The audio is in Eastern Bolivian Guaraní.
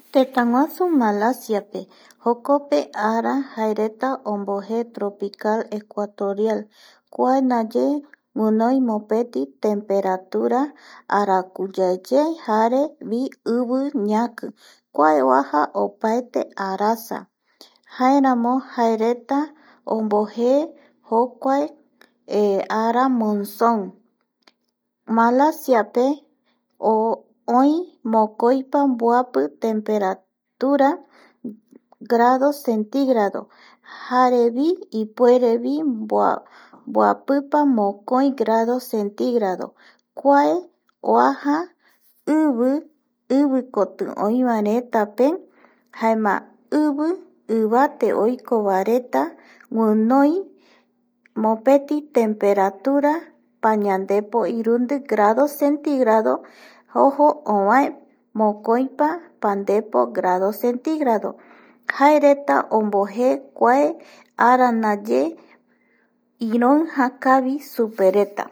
Tëtägusu Malacia pe jokope ara jaereta ombojee tropical ecuatorial kua ndaye guinoi mopeti temperatura arakuyeye jarevi ivi ñaki kua oaja opaete arasa jaeramo jaereta ombojee jokuae ara monson. Malaciape oï mokoipa mboapi temperatura grado centigrado jarevi ipuerevi mboapipa mokoi grado centígrado kuae oaja ivi ivikoti oi varetape jaema ivi ivate oiko varetape guinoi mopeti temperatura pañandepo irundi grado centígrado ojo ovae mokoipa pandepo grado centígrado jaereta ombojee kuae ara ndaye iroija kavi supereta